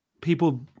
people